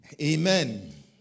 Amen